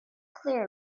clear